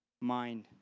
mind